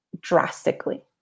drastically